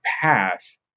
path